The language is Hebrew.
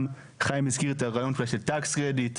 גם חיים הזכיר את הרעיון אולי של טקס קרדיט,